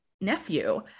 nephew